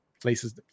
places